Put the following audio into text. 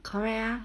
correct ah